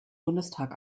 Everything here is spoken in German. bundestag